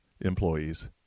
employees